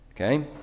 Okay